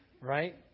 Right